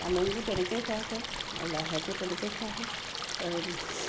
পালেংবোৰ তেনেকৈয়ে খোৱা হয় আৰু লাইশাকো তেনেকৈয়ে খোৱা হয়